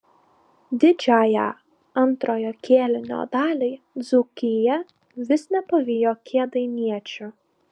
didžiąją antrojo kėlinio dalį dzūkija vis nepavijo kėdainiečių